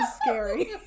scary